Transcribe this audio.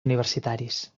universitaris